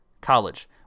college